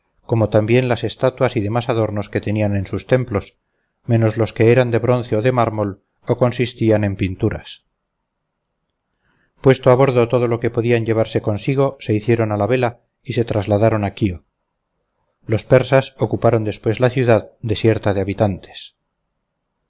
como también las estatuas y demás adornos que tenían en sus templos menos los que eran de bronce o de mármol o consistían en pinturas puesto a bordo todo lo que podían llevarse consigo se hicieron a la vela y se trasladaron quío los persas ocuparon después la ciudad desierta de habitantes